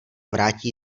vrátí